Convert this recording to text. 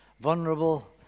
vulnerable